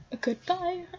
goodbye